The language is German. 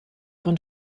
von